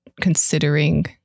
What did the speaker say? considering